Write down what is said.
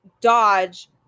dodge